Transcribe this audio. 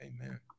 Amen